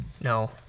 No